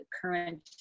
current